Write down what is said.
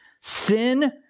Sin